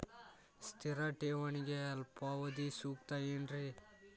ಸ್ಥಿರ ಠೇವಣಿಗೆ ಅಲ್ಪಾವಧಿ ಸೂಕ್ತ ಏನ್ರಿ?